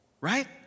right